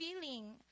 feeling